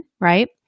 right